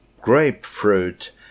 grapefruit